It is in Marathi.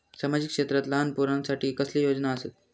सामाजिक क्षेत्रांत लहान पोरानसाठी कसले योजना आसत?